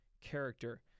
character